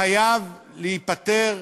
חייב להיפתר,